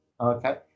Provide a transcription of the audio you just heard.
Okay